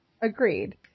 Agreed